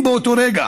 אם באותו רגע